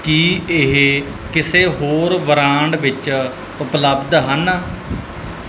ਕੀ ਇਹ ਕਿਸੇ ਹੋਰ ਬ੍ਰਾਂਡ ਵਿੱਚ ਉਪਲੱਬਧ ਹਨ